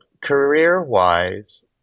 career-wise